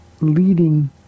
leading